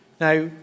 now